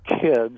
kids